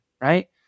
right